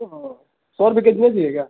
او سو روپیے کے جی نہیں دیجیے گا کیا